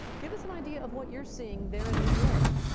give us an idea of what you're seeing there in new york.